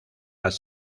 las